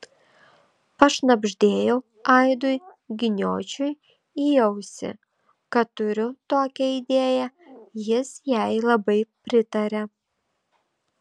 pašnabždėjau aidui giniočiui į ausį kad turiu tokią idėją jis jai labai pritarė